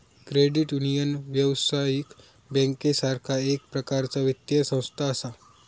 credit union, व्यावसायिक बँकेसारखा एक प्रकारचा वित्तीय संस्था असा